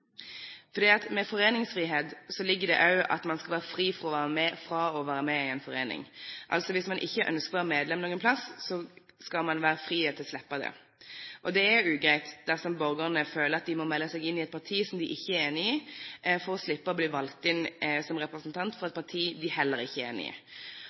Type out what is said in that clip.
fordi i foreningsfrihet ligger det også at man skal være fri fra å være med i en forening. Altså: Hvis man ikke ønsker å være medlem noe sted, skal man være fri til å slippe det. Det er ugreit dersom borgerne føler at de må melde seg inn i et parti som de ikke er enige med, for å slippe å bli valgt inn som representant for et parti de heller ikke er enige med. Fritaksreglene ved stortingsvalg er nedfelt i